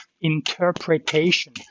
Interpretation